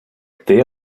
they